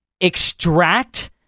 extract